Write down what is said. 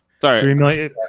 sorry